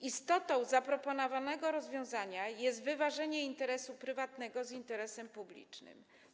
Istotą zaproponowanego rozwiązania jest wyważenie interesu prywatnego i interesu publicznego.